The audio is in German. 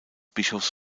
bischofs